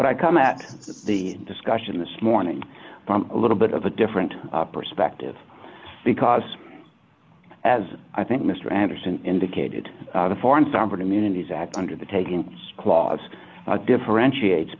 but i come at the discussion this morning from a little bit of a different perspective because as i think mr anderson indicated the foreign sovereign immunity is act under the taking clause differentiate